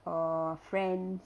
or friends